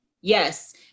Yes